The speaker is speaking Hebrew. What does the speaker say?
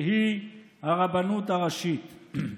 והיא הרבנות הראשית.